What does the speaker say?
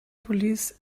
police